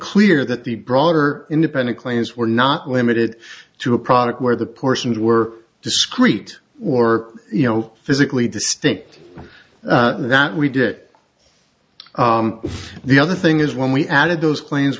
clear that the broader independent claims were not limited to a product where the portions were discrete or you know physically distinct and that we did it the other thing is when we added those planes